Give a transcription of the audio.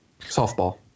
Softball